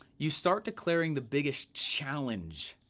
you start declaring the biggest challenge.